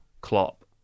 Klopp